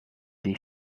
die